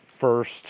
first